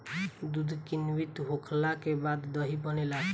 दूध किण्वित होखला के बाद दही बनेला